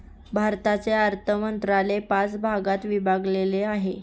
भारताचे अर्थ मंत्रालय पाच भागात विभागलेले आहे